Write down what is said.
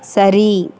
சரி